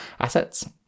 assets